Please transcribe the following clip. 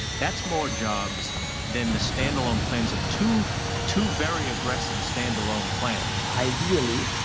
that's more jobs than the stand-alone plans of two two very aggressive stand alone plans. ideally,